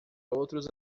outros